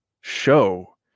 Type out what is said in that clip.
show